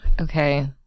okay